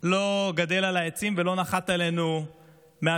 לא גדל על העצים ולא נחת עלינו מהשמיים,